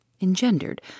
engendered